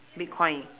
bitcoin